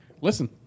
Listen